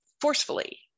forcefully